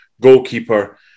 goalkeeper